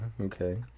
okay